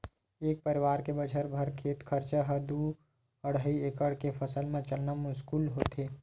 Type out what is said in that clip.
एक परवार के बछर भर के खरचा ह दू अड़हई एकड़ के फसल म चलना मुस्कुल होथे